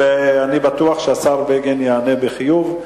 ואני בטוח שהשר בגין יענה בחיוב,